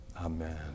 Amen